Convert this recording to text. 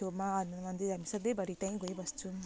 छेउमा हनुमान मन्दिर सधैँभरि त्यहीँ गइबस्छौँ